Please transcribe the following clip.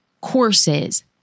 courses